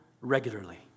regularly